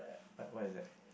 what what is that